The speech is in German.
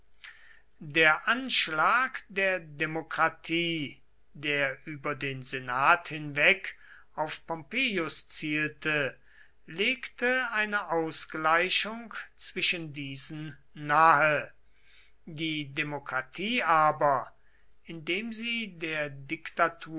der anschlag der demokratie der über den senat hinweg auf pompeius zielte legte eine ausgleichung zwischen diesen nahe die demokratie aber indem sie der diktatur